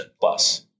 plus